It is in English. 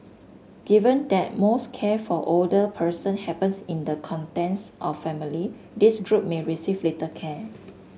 given that most care for older person happens in the contents of family this group may receive little care